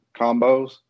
combos